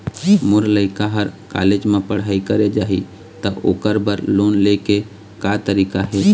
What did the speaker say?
मोर लइका हर कॉलेज म पढ़ई करे जाही, त ओकर बर लोन ले के का तरीका हे?